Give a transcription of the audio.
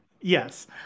yes